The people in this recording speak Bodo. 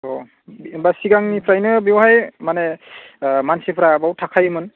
औ होम्बा सिगांनिफ्रायनो बेवहाय माने मानसिफ्रा बेयाव थाखायोमोन